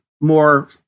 more